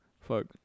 fuck